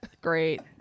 Great